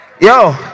Yo